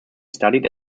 studied